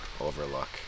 overlook